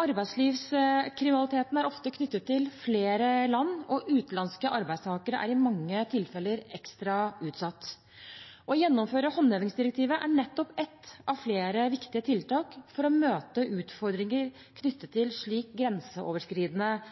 Arbeidslivskriminaliteten er ofte knyttet til flere land, og utenlandske arbeidstakere er i mange tilfeller ekstra utsatt. Å gjennomføre håndhevingsdirektivet er nettopp et av flere viktige tiltak for å møte utfordringer knyttet til slik grenseoverskridende